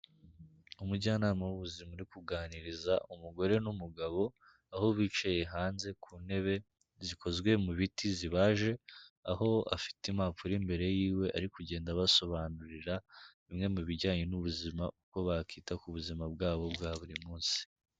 Umujyanama w'ubuzima uri kuganiriza umugore n'umugabo, aho bicaye hanze ku ntebe zikozwe mu biti zibaje, aho afite impapuro imbere yiwe, ari kugenda abasobanurira bimwe mu bijyanye n'ubuzima, uko bakita ku buzima bwabo bwa buri munsi.